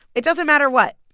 it doesn't matter what.